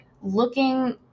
looking